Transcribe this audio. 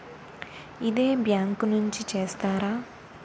ఇదే బ్యాంక్ నుంచి చేస్తారా?